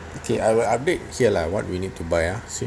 okay I will update here lah what we need to buy ah see